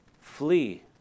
Flee